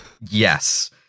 Yes